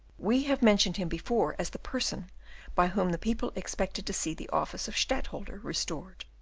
we have mentioned him before as the person by whom the people expected to see the office of stadtholder restored.